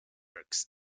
turks